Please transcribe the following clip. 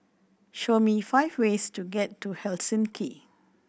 show me five ways to get to Helsinki